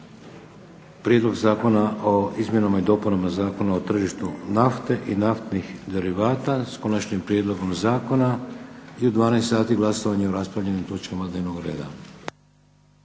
Prijedlog zakona o izmjenama i dopunama Zakona o tržištu nafte i naftnih derivata, s Konačnim prijedlogom zakona i u 12,00 sati glasovanje o raspravljenim točkama dnevnog reda.